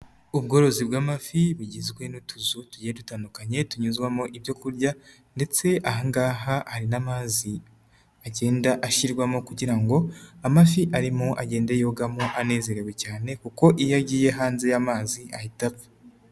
Ubworozi bw'amafi bugizwe n'utuzutuye dutandukanye, tunyuzwamo ibyo kurya ndetse ahangaha hari n'amazi agenda ashyirwamo ibyo kurya, kugira ngo amafi arimo agende yogamo anezerewe cyane, kuko iyo agiye hanze y'amazi ahita apfa.